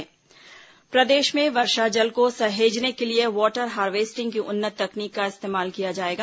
वर्षा जल संचय प्रदेश में वर्षा जल को सहेजने के लिए वाटर हार्वेस्टिंग की उन्नत तकनीक का इस्तेमाल किया जाएगा